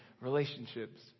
relationships